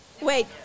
Wait